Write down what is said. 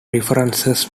references